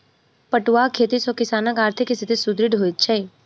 पटुआक खेती सॅ किसानकआर्थिक स्थिति सुदृढ़ होइत छै